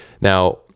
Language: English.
Now